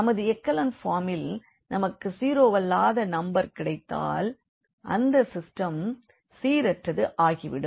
நமது எக்கலன் ஃபார்மில் நமக்கு ஜீரோவல்லாத நம்பர் கிடைத்தால் அந்த சிஸ்டம் சீரற்றது ஆகிவிடும்